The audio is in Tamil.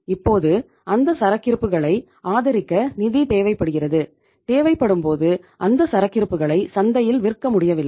இப்போது அந்த சரக்கிருப்புகளை ஆதரிக்க நிதி தேவைப்படுகிறது தேவைப்படும்போது அந்த சரக்கிருப்புகளை சந்தையில் விற்க முடியவில்லை